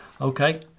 Okay